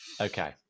Okay